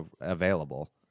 available